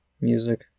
music